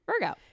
Virgo